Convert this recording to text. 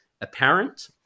apparent